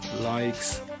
likes